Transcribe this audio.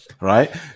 right